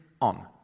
on